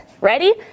Ready